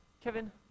Kevin